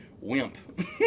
wimp